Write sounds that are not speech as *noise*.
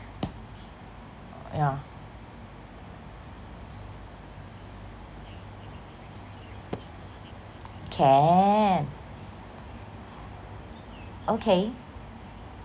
yeah *noise* can okay